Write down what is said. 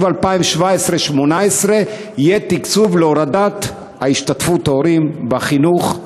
2017 2018 יהיה תקצוב להורדת השתתפות ההורים בחינוך?